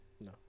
No